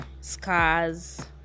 scars